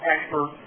expert